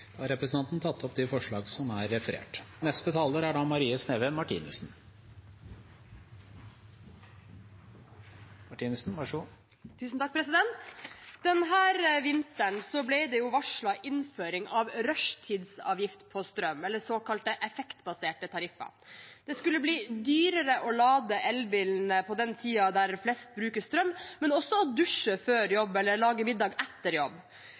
Representanten Lars Haltbrekken har tatt opp det forslaget han refererte. Denne vinteren ble det varslet innføring av rushtidsavgift på strøm, eller såkalte effektbaserte tariffer. Det skulle bli dyrere å lade elbilen på den tiden da flest bruker strøm, men også å dusje før jobb eller lage middag etter jobb.